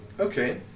Okay